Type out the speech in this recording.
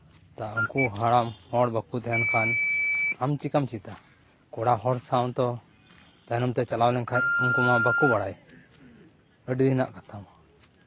ᱩᱱᱠᱩ ᱦᱟᱲᱟᱢ ᱦᱚᱲ ᱵᱟᱝᱠᱚ ᱛᱟᱦᱮᱱ ᱠᱷᱟᱱ ᱟᱢ ᱪᱤᱠᱟᱢ ᱪᱮᱫᱟ ᱠᱚᱲᱟ ᱦᱚᱲ ᱥᱟᱶ ᱛᱚ ᱛᱟᱭᱱᱚᱢ ᱛᱮ ᱪᱟᱞᱟᱣ ᱞᱮᱱᱠᱷᱟᱱ ᱩᱱᱠᱩ ᱢᱟ ᱵᱟᱠᱚ ᱵᱟᱲᱟᱭ ᱟᱹᱰᱤ ᱨᱮᱱᱟᱜ ᱠᱟᱛᱷᱟ ᱢᱟ